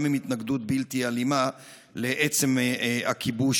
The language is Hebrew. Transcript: גם אם התנגדות בלתי אלימה לעצם הכיבוש,